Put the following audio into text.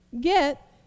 get